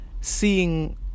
seeing